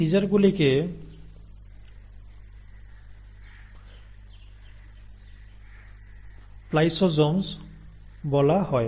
এই সিজারগুলিকে স্প্লাইসোসোমস বলা হয়